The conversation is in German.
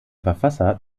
verfasser